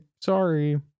sorry